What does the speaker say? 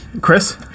Chris